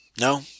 No